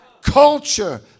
Culture